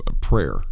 prayer